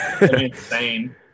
insane